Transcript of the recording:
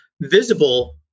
visible